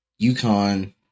UConn